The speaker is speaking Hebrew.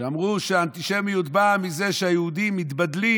שאמרו שהאנטישמיות באה מזה שהיהודים מתבדלים